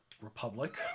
Republic